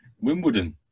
Wimbledon